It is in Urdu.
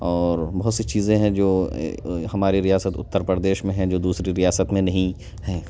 اور بہت سی چیزیں ہیں جو ہماری ریاست اتر پردیش میں ہے جو دوسری ریاست میں نہیں ہیں